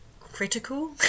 critical